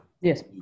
Yes